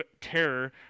terror